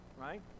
right